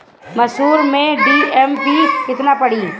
मसूर में डी.ए.पी केतना पड़ी?